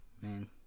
man